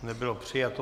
Nebylo přijato.